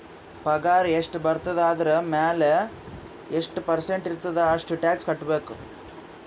ಪಗಾರ್ ಎಷ್ಟ ಬರ್ತುದ ಅದುರ್ ಮ್ಯಾಲ ಎಷ್ಟ ಪರ್ಸೆಂಟ್ ಇರ್ತುದ್ ಅಷ್ಟ ಟ್ಯಾಕ್ಸ್ ಕಟ್ಬೇಕ್